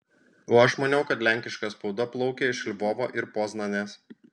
o aš maniau kad lenkiška spauda plaukė iš lvovo ir poznanės